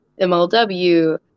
MLW